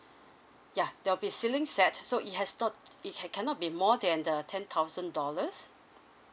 ya there'll be ceiling set so it has not it can cannot be more than uh ten thousand dollars